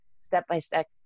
step-by-step